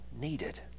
needed